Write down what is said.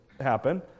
happen